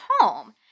home